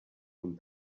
con